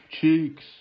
cheeks